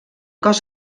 cos